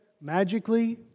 magically